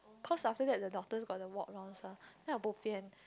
cause after that the doctors got to walk rounds ah then I bobian